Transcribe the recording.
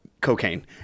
cocaine